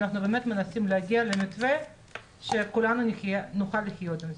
אנחנו באמת מנסים להגיע למתווה שכולנו נוכל לחיות איתו.